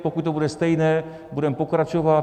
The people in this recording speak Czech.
Pokud to bude stejné, budeme pokračovat.